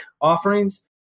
offerings